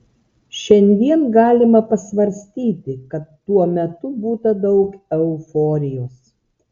šiandien galima pasvarstyti kad tuo metu būta daug euforijos